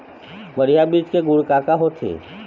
बढ़िया बीज के गुण का का होथे?